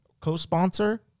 co-sponsor